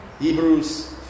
Hebrews